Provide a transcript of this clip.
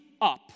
up